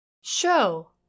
Show